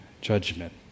judgment